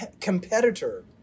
competitor